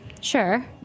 Sure